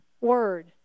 word